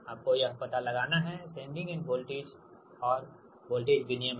आपको यह पता लगाना है सेंडिंग एंड वोल्टेज और वोल्टेज विनियमन